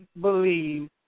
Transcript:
believe